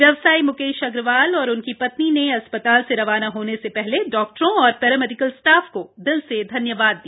व्यवसायी मुकेश अग्रवाल और उनकी पत्नी ने अस्पताल से रवाना होने से पहले डॉक्टरों और पैरामेडिकल स्टाफ को दिल से धन्यवाद दिया